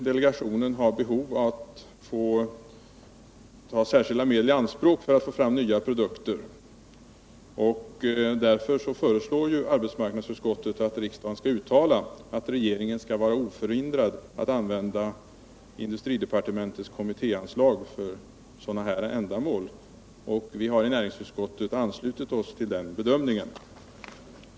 Delegationen kan ha behov av att få ta särskilda medel i anspråk för att få fram nya produkter, och därför föreslår arbetsmarknadsutskottet att riksdagen skall uttala att regeringen skall vara oförhindrad att använda industridepartementets kommittéanslag för sådana ändamål. Vi har i näringsutskottet anslutit oss till den bedömningen.